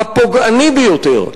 הפוגעני ביותר,